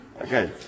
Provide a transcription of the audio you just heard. Okay